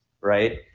Right